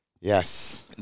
Yes